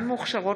שטרית,